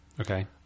Okay